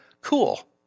cool